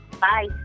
Bye